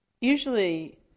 Usually